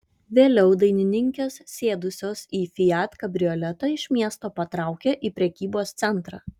vėliau dainininkės sėdusios į fiat kabrioletą iš miesto patraukė į prekybos centrą